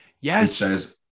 Yes